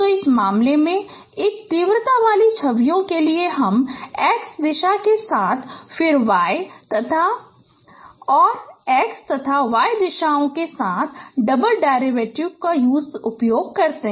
तो इस मामले में एक तीव्रता वाली छवियों के लिए हम x दिशा के साथ फिर y तथा y और x तथा y दिशाओं के साथ डबल डेरिवेटिव करते हैं